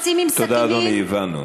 תודה, אדוני, הבנו.